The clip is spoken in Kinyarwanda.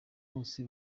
bose